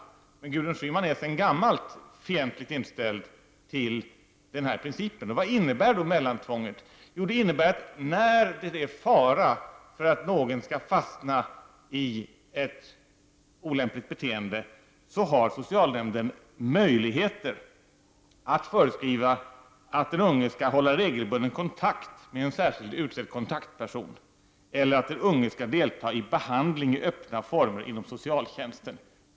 Gudrun Schyman är sedan gammalt fientligt inställd till denna princip. Vad innebär då mellantvånget? Det innebär att socialnämnden, när det är fara för att någon skall fastna i ett olämpligt beteende, har möjligheter att föreskriva att den unge skall hålla regelbunden kontakt med en särskilt utsedd kontaktperson eller att den unge skall delta i behandling i öppna former inom socialtjänsten.